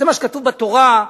זה מה שכתוב בתורה,